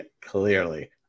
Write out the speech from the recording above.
Clearly